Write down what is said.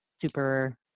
Super